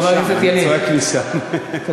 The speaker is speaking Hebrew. טוב, חבר הכנסת ילין, אני צועק, קדימה.